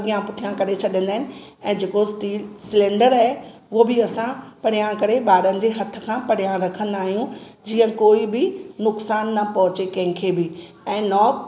अॻियां पुठियां करे छ्ॾींदा आहिनि ऐं जेको स्टी सिलेंडर आहे उहो बि असां परियां करे ॿारनि जे हथ खां परियां रखंदा आहियूं जीअं कोई बि नुक़सानु न पहुचे कंहिंखे बि ऐं नॉब